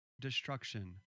destruction